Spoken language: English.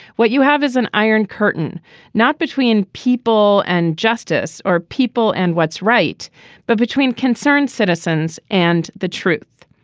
what you have is an iron curtain not between people and justice or people and what's right but between concerned citizens and the truth.